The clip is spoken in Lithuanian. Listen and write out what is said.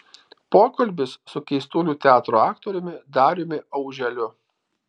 pokalbis su keistuolių teatro aktoriumi dariumi auželiu